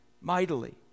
mightily